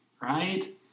right